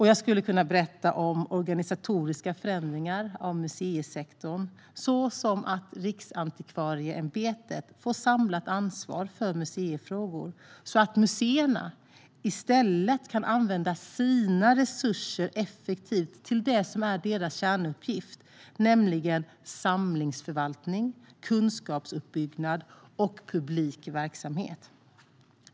Jag skulle även kunna berätta om organisatoriska förändringar av museisektorn, såsom att Riksantikvarieämbetet får ett samlat ansvar för museifrågor så att museerna i stället kan använda sina resurser effektivt till det som är deras kärnuppgift, nämligen samlingsförvaltning, kunskapsuppbyggnad och publik verksamhet.